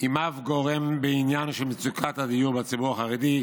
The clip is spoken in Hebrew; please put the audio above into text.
עם אף גורם בעניין של מצוקת הדיור בציבור החרדי,